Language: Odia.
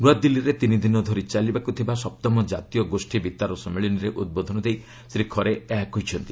ନୂଆଦିଲ୍ଲୀରେ ତିନିଦିନ ଧରି ଚାଲିବାକୁ ଥିବା ସପ୍ତମ ଜାତୀୟ ଗୋଷୀ ବେତାର ସମ୍ମିଳନୀରେ ଉଦ୍ବୋଧନ ଦେଇ ଶ୍ରୀ ଖରେ ଏହା କହିଛନ୍ତି